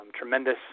tremendous